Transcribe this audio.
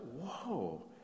whoa